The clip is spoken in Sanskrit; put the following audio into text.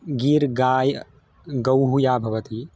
गीर् गाय् गौः या भवति